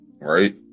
right